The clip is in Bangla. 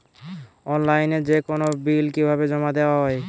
অনলাইনে যেকোনো বিল কিভাবে জমা দেওয়া হয়?